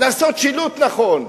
לעשות שילוט נכון,